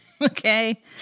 Okay